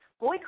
Boy